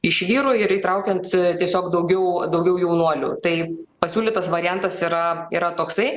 iš vyrų ir įtraukiant tiesiog daugiau daugiau jaunuolių tai pasiūlytas variantas yra yra toksai